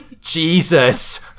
Jesus